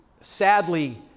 sadly